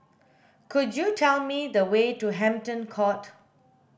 could you tell me the way to Hampton Court